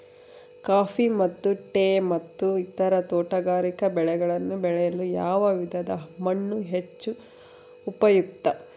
Coffee ಮತ್ತು tea ಮತ್ತು ಇತರ ತೋಟಗಾರಿಕೆ ಬೆಳೆಗಳನ್ನು ಬೆಳೆಯಲು ಯಾವ ವಿಧದ ಮಣ್ಣು ಹೆಚ್ಚು ಉಪಯುಕ್ತ?